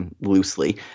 loosely